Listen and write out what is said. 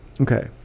okay